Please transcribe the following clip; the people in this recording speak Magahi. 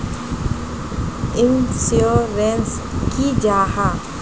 इंश्योरेंस की जाहा?